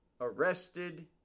arrested